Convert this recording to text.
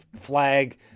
flag